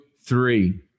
three